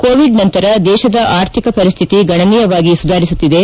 Covid ನಂತರ ದೇಶದ ಆರ್ಥಿಕ ಪರಿಸ್ವಿತಿ ಗಣನೀಯವಾಗಿ ಸುಧಾರಿಸುತ್ತಿದೆ